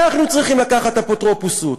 אנחנו צריכים לקחת אפוטרופסות.